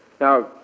Now